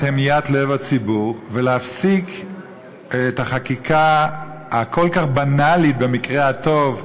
המיית לב הציבור ולהפסיק את החקיקה הכל-כך בנאלית במקרה הטוב,